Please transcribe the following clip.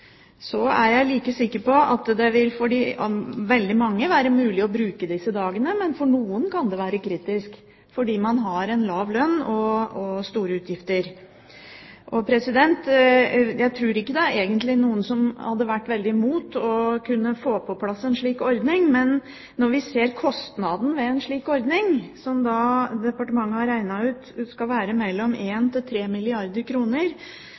er like sikker på at det for veldig mange vil være mulig å bruke disse dagene, men for andre kan det være kritisk fordi man har lav lønn og store utgifter. Jeg tror ikke det egentlig er noen som hadde vært veldig imot å få på plass en slik ordning, men når vi ser kostnaden ved en slik ordning, som departementet har regnet ut skal være mellom 1 milliard kr og 3 milliarder